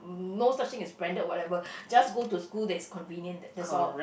no such thing as branded or whatever just go to school that's convenient that that's all